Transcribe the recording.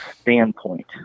standpoint